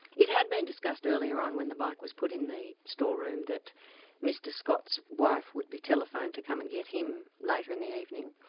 it had been discussed earlier on when the bike was put in the storeroom that mr scott's wife would be telephoned to come and get him later in the evening.